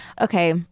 Okay